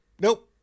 Nope